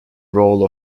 role